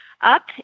up